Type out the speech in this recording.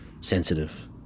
sensitive